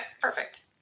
perfect